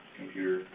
computer